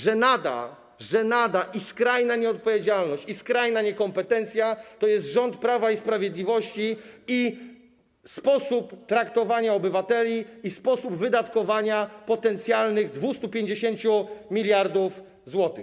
Żenada, żenada, skrajna nieodpowiedzialność i skrajna niekompetencja to jest rząd Prawa i Sprawiedliwości, sposób traktowania obywateli i sposób wydatkowania potencjalnych 250 mld zł.